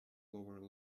lower